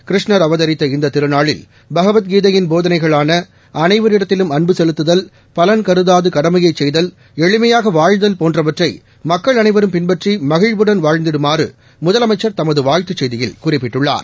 கிருஷ்ணா் அவதாத்த இந்த திருநாளில் பகவத் கீதையின் போதனைகளான அனைவரிடத்திலும் அன்பு செலுத்துதல் பலன் கருதாது கடமை செய்தல் எளிமையாக வாழ்தல் போன்றவற்றை மக்கள் அனைவரும் பின்பற்றி மகிழ்வுடன் வாழ்ந்திடுமாறு முதலமைச்சள் தமது வாழ்த்துச் செய்தியில் குறிப்பிட்டுள்ளார்